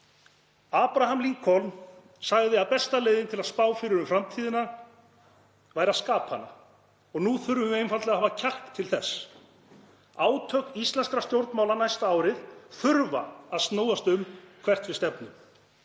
Abraham Lincoln sagði að besta leiðin til að spá fyrir um framtíðina væri að skapa hana og nú þurfum við einfaldlega að hafa kjark til þess. Átak íslenskra stjórnmála næsta árið þurfa að snúast um hvert við stefnum.